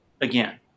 again